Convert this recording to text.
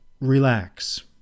Relax